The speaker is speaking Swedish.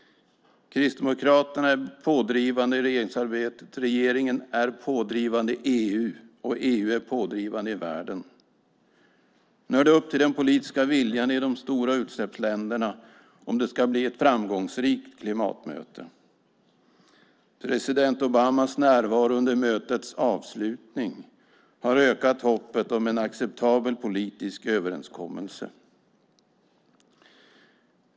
Kristdemokraterna är pådrivande i regeringsarbetet, regeringen är pådrivande i EU och EU är pådrivande i världen. Nu är det upp till den politiska viljan i de stora utsläppsländerna om det ska bli ett framgångsrikt klimatmöte. President Obamas närvaro under mötets avslutning har ökat hoppet om en acceptabel politisk överenskommelse.